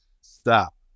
stop